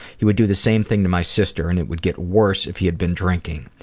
he would do the same thing to my sister and it would get worse if he had been drinking.